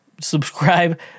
subscribe